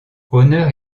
honneur